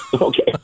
okay